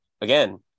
again